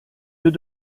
deux